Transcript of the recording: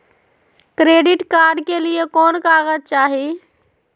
Credit card के लिए कौन कागज चाही?